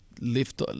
Lift